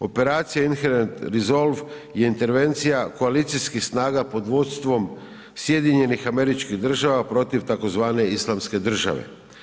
Operacija INHERENT RESOLVE je intervencija koalicijskih snaga pod vodstvom SAD-a protiv tzv. Islamske države.